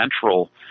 central –